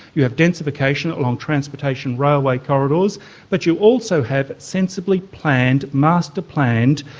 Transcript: you have densification along transportation railway corridors but you also have sensibly planned, master planned,